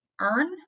earn